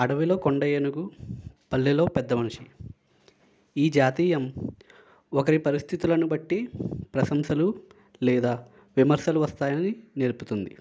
అడవిలో కొండ ఏనుగు పల్లెలో పెద్దమనిషి ఈ జాతీయం ఒకరి పరిస్థితులను బట్టి ప్రశంసలు లేదా విమర్శలు వస్తాయని నేర్పుతుంది